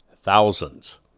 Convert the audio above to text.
Thousands